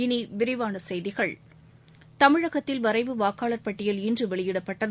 இவிவிவானசெய்திகள் தமிழகத்தில் வரைவு வாக்காளர் பட்டியல் இன்றுவெளியிடப்பட்டது